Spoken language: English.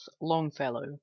Longfellow